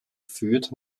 führt